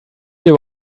habe